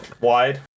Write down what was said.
wide